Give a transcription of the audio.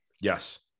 yes